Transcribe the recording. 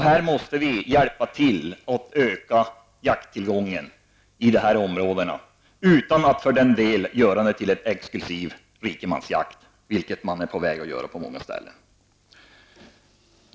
Vi måste hjälpa till att öka jakttillgången i de här områdena utan att för den skull göra jakten här till exklusiv rikemansjakt, vilket man är på väg att göra på många ställen.